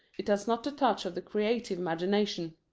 it has not the touch of the creative imagination.